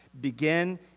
begin